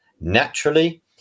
naturally